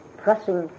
pressing